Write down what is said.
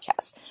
podcast